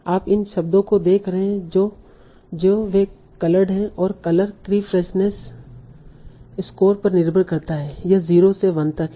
आप उन शब्दों को देख रहे हैं जो वे कलर्ड हैं और कलर कीफ्रेजनेसएस स्कोर पर निर्भर करता हैं यह 0 से 1 तक है